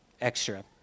extra